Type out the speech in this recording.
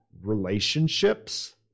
relationships